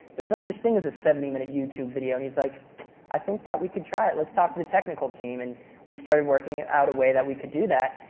there's no such thing as a seventy minute youtube video. and he's like i think that we could try it. let's talk to the technical team. and we started working out a way that we could do that.